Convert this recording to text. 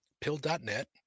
pill.net